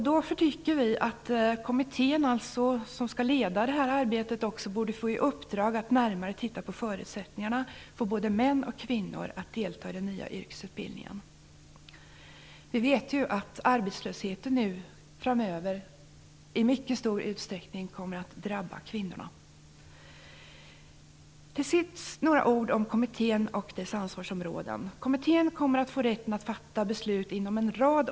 Därför anser vi att den kommitté som skall leda detta arbete också borde få i uppdrag att närmare se på förutsättningarna för både män och kvinnor att delta i den nya yrkesutbildningen. Vi vet ju att arbetslösheten framöver i mycket stor utsträckning kommer att drabba kvinnorna. Till sist några ord om kommittén och dess ansvarsområden. Kommittén kommer att få rätt att fatta beslut inom en rad områden.